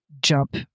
jump